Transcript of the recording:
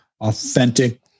authentic